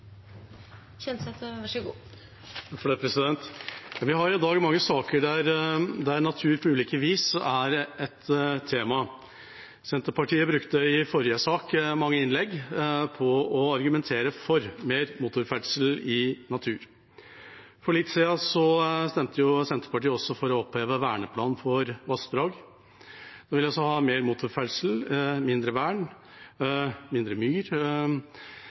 Vi har i dag mange saker der natur på ulike vis er et tema. Senterpartiet brukte i forrige sak mange innlegg på å argumentere for mer motorferdsel i natur. For litt siden stemte Senterpartiet også for å oppheve verneplan for vassdrag. De vil altså ha mer motorferdsel, mindre vern, mindre myr